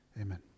Amen